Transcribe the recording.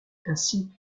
ainsi